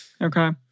Okay